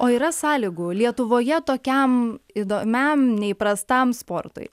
o yra sąlygų lietuvoje tokiam įdomiam neįprastam sportui